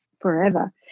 forever